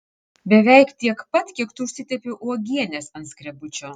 beveik tiek pat kiek tu užsitepi uogienės ant skrebučio